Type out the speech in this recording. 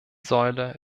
säule